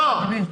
לא.